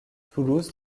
toulouse